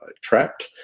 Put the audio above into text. trapped